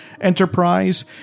enterprise